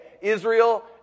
Israel